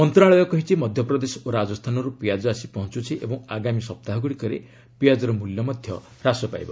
ମନ୍ତ୍ରଣାଳୟ କହିଛି ମଧ୍ୟପ୍ରଦେଶ ଓ ରାଜସ୍ଥାନରୁ ପିଆଜ ଆସି ପହଞ୍ଚୁଛି ଓ ଆଗାମୀ ସପ୍ତାହଗୁଡ଼ିକରେ ପିଆଜର ମୂଲ୍ୟ ହ୍ରାସ ପାଇବ